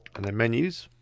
and then menus,